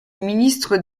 ministre